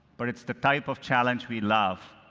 but it's the type of challenge we love.